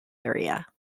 area